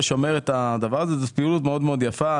וזאת פעילות מאוד יפה.